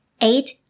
eight